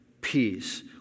peace